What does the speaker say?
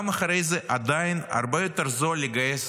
גם אחרי זה עדיין הרבה יותר זול לגייס